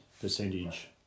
percentage